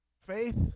Faith